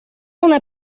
una